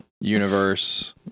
universe